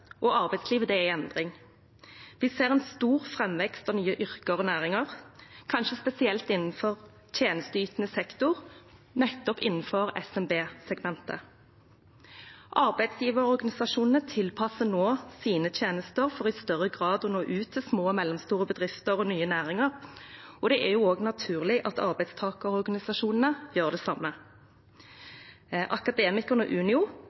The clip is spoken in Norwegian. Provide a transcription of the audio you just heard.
og arbeidslivet er i endring – vi ser en stor framvekst av nye yrker og næringer, kanskje spesielt innenfor tjenesteytende sektor i SMB-segmentet. Arbeidsgiverorganisasjonene tilpasser nå sine tjenester for i større grad å nå ut til små og mellomstore bedrifter og nye næringer, og det er naturlig at arbeidstakerorganisasjonene gjør det samme. Akademikerne og Unio,